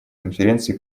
конференции